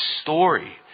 story